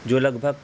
جو لگ بھگ